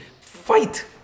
fight